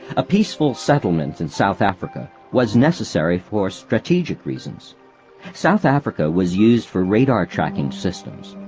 a peaceful settlement in south africa was necessary for strategic reasons south africa was used for radar tracking systems.